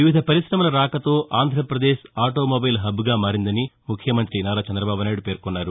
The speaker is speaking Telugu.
వివిధ పర్మిశమల రాకతో ఆంద్రప్రదేశ్ ఆటోమొబైల్హబ్గా మారిందని ముఖ్యమంతి నారా చందబాబు నాయుడు పేర్కొన్నారు